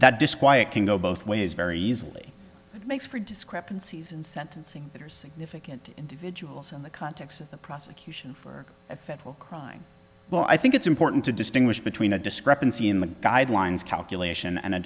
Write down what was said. that disquiet can go both ways very easily makes for discrepancies in sentencing that are significant individuals in the context of the prosecution for a federal crime well i think it's important to distinguish between a discrepancy in the guidelines calculation and a